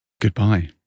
Goodbye